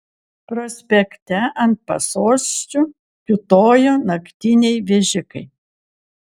prospekte ant pasosčių kiūtojo naktiniai vežikai